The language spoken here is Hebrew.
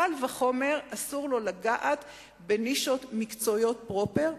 קל וחומר, אסור לו לגעת בנישות מקצועיות פרופר.